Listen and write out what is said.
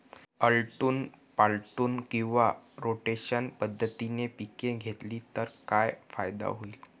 आलटून पालटून किंवा रोटेशन पद्धतीने पिके घेतली तर काय फायदा होईल?